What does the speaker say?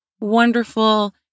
wonderful